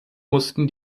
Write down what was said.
mussten